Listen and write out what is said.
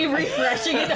refreshing